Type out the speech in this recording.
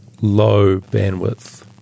low-bandwidth